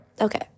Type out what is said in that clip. Okay